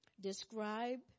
describe